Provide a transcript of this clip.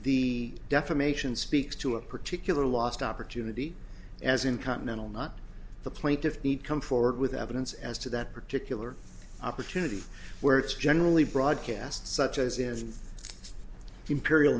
the defamation speaks to a particular lost opportunity as in continental not the plaintiffs need come forward with evidence as to that particular opportunity where it's generally broadcast such as is imperial